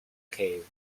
cave